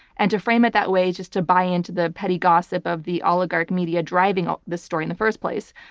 and to frame it that way, just to buy into the petty gossip of the oligarch media driving this story in the first place.